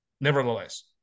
nevertheless